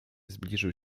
zbliżył